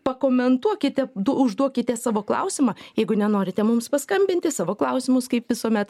pakomentuokite du užduokite savo klausimą jeigu nenorite mums paskambinti savo klausimus kaip visuomet